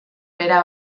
bera